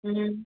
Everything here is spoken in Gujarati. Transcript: હં